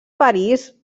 parís